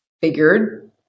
figured